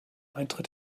eintritt